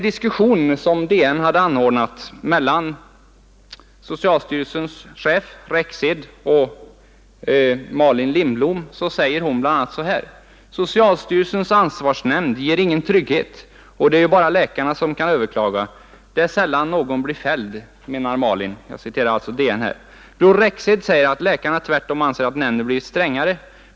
DN anordnade en diskussion mellan socialstyrelsens chef Rexed och Malin Lindblom. Jag citerar ur DN: ”Socialstyrelsens ansvarsnämnd ger ingen trygghet och det är ju bara läkarna som kan överklaga. Det är sällan någon blir fälld, menar Malin. Bror Rexed säger att läkarna tvärtom anser att nämnden blivit strängare.